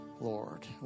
Lord